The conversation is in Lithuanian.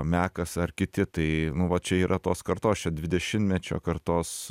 mekas ar kiti tai nu va čia yra tos kartos čia dvidešimtmečio kartos